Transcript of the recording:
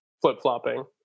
flip-flopping